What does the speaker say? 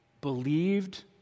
believed